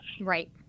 right